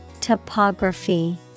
Topography